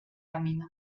camino